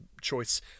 choice